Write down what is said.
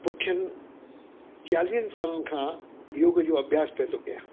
पुठयनि चालीहनि सालनि खां योग जो अभ्यासु पियो थो कया